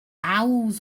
owls